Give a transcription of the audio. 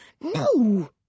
No